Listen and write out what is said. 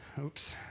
Oops